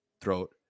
throat